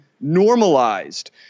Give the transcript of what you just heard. normalized